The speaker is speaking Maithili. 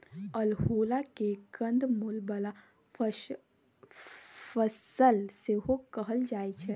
अल्हुआ केँ कंद मुल बला फसल सेहो कहल जाइ छै